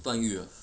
段誉 ah